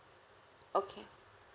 okay